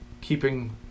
keeping –